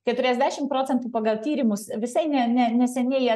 keturiasdešim procentų pagal tyrimus visai ne ne neseniai